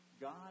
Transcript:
God